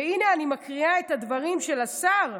והינה אני מקריאה את הדברים של השר,